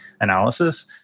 analysis